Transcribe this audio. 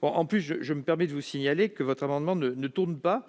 En outre, votre amendement ne tourne pas